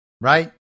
right